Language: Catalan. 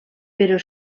però